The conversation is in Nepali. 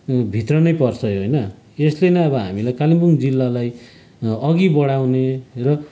भित्र नै पर्छ यो होइन यसले नै हामीलाई कालिम्पोङ जिल्लालाई अघि बढाउने र